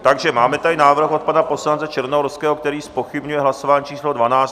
Takže máme tady návrh od pana poslance Černohorského, který zpochybňuje hlasování číslo dvanáct.